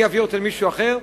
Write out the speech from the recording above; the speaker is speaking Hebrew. אני אעביר למישהו אחר?